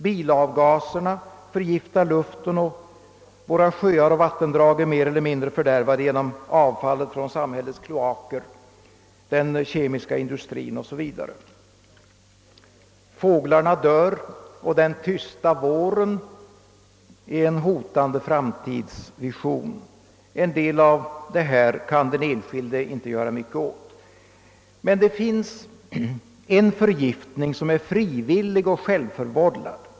Bilavgaserna förgiftar luften, och våra sjöar och vattendrag är mer eller mindre fördärvade genom avfallet från samhällets kloaker, den kemiska industrin o. s. v. Fåglarna dör och den tysta våren är en hotande framtidsvision. En del av detta kan den enskilde inte göra mycket åt. Det finns emellertid en förgiftning som är frivillig och självförvållad.